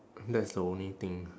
that's the only thing